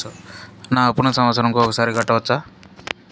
నా అప్పును సంవత్సరంకు ఒకసారి కట్టవచ్చా?